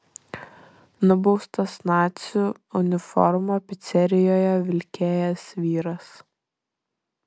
nubaustas nacių uniformą picerijoje vilkėjęs vyras